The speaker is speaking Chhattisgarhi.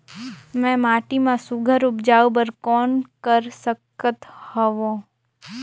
मैं माटी मा सुघ्घर उपजाऊ बर कौन कर सकत हवो?